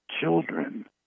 children